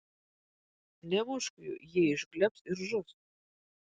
nemušk jų jie išglebs ir žus